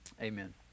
amen